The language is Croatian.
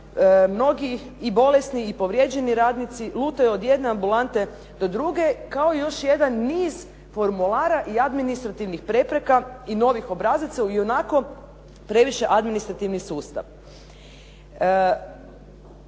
mnogi i bolesni i povrijeđeni radnici lutaju od jedne ambulante do druge, kao još jedan niz formulara i administrativnih prepreka i novih obrazaca i onako previše administrativni sustav.